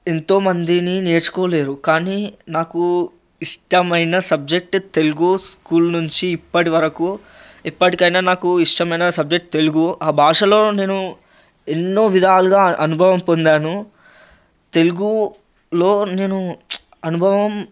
ఎంతోమంది నేర్చుకోలేరు కానీ నాకు ఇష్టమయిన సబ్జెక్ట్ తెలుగు స్కూల్ నుండి ఇప్పటివరకు ఎప్పటికయినా నాకు ఇష్టమయిన సబ్జెక్ట్ తెలుగు ఆ భాషలో నేను ఎన్నో విధాలుగా అనుభవం పొందాను తెలుగూ లో నేను అనుభవం